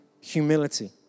humility